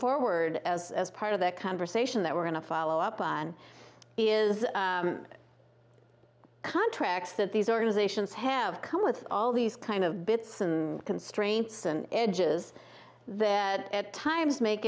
forward as part of that conversation that we're going to follow up on is that contracts that these organizations have come with all these kind of bits than constraints and edges that at times make